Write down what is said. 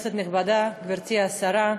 כנסת נכבדה, גברתי השרה,